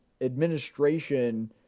administration